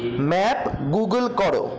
map Google করো